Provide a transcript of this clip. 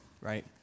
right